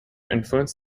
influence